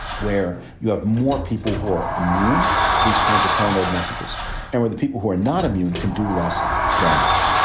where you have more people who are immune to these kinds of paranoid messages and where the people who are not immune can do less damage.